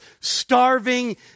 starving